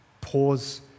pause